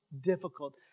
difficult